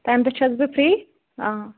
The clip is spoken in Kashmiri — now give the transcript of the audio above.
تَمہِ دۄہ چھَس بہٕ فرٛی